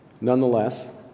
Nonetheless